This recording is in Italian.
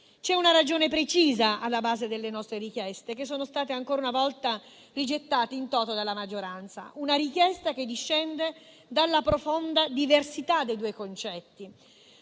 C'è una ragione precisa alla base delle nostre richieste, ancora una volta rigettate *in toto* dalla maggioranza, che discende dalla profonda diversità dei due concetti.